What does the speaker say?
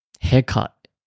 haircut